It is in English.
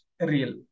real